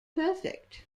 perfect